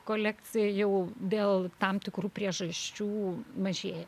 kolekcija jau dėl tam tikrų priežasčių mažėja